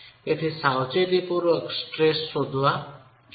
તેથી સાવચેતી પૂર્વક સ્ટ્રેસનો અંદાજ લગાવવો જોઈએ